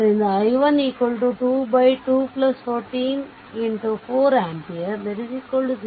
ಆದ್ದರಿಂದ i1 2 2 14 4 ampere0